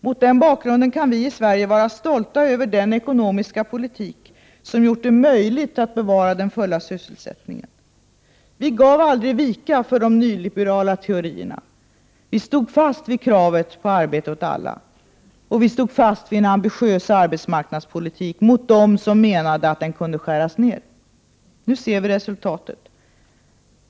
Mot den bakgrunden kan vi i Sverige vara stolta över den ekonomiska politik som gjort det möjligt att bevara den fulla sysselsättningen. Vi gav aldrig vika för de nyliberala teorierna. Vi stod fast vid kravet på arbete åt alla — och vi stod fast vid en ambitiös arbetsmarknadpolitik, mot dem som menade att den kunde skäras ned. Nu ser vi resultatet.